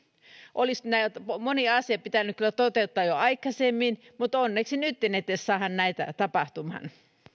olisi moni asia pitänyt kyllä toteuttaa jo aikaisemmin mutta onneksi edes nytten saadaan näitä tapahtumaan